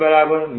VS